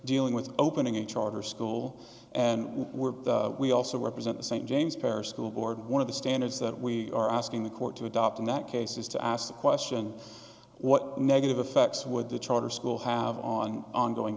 dealing with opening a charter school and we were we also represent the st james parish school board one of the standards that we are asking the court to adopt in that case is to ask the question what negative effects would the charter school have on ongoing